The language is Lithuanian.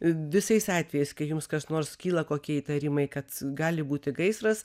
visais atvejais kai jums kas nors kyla kokie įtarimai kad gali būti gaisras